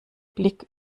blick